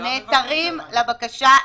הם נעתרים לבקשה,